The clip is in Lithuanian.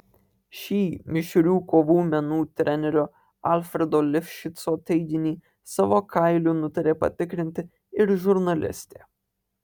šį mišrių kovų menų trenerio alfredo lifšico teiginį savo kailiu nutarė patikrinti ir žurnalistė